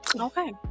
Okay